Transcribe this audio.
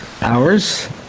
Hours